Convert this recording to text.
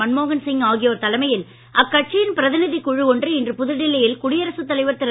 மன்மோகன் சிங் ஆகியோர் தலைமையில் அக்கட்சியின் பிரதிநிதி குழு ஒன்று இன்று புதுடெல்லியில் குடியரசுத் தலைவர் திரு